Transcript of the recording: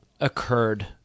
occurred